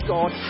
God